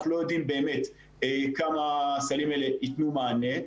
ואנחנו לא יודעים באמת עד כמה הסלים האלה ייתנו מענה.